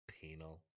Penal